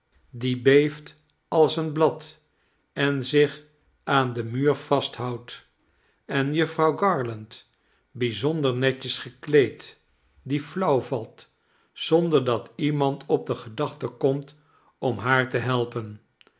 die beeft als een blad en zich aan den muur vasthoudt en jufvrouw garland bijzonder netjes gekleed die flauw valt zonder dat iemand op de gedachte komt om haar te helpen